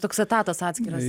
toks etatas atskiras